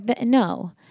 no